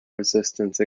resistance